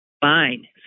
fine